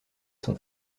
son